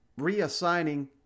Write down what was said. reassigning